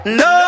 no